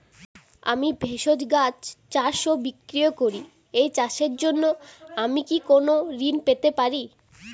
আমি ভেষজ গাছ চাষ ও বিক্রয় করি এই চাষের জন্য আমি কি কোন ঋণ পেতে পারি?